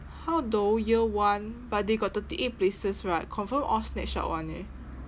how though year one but they got thirty eight places right confirm all snatched out [one] eh